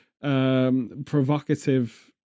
Provocative